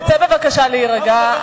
תצא בבקשה להירגע.